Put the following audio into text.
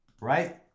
right